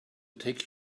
take